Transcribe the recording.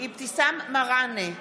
אבתיסאם מראענה,